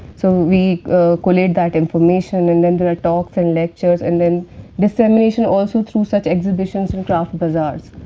so, we collate that information and then there are talks and lectures and then dissemination also through such exhibitions and craft bazaars.